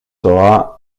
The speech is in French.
sera